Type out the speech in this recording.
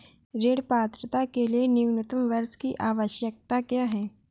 ऋण पात्रता के लिए न्यूनतम वर्ष की आवश्यकता क्या है?